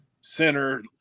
center